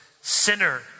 sinner